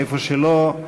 איפה שלא,